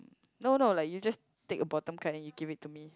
no no like you just take a bottom card then you give it to me